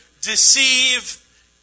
deceive